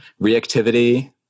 reactivity